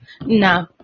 No